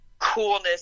coolness